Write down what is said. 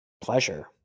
pleasure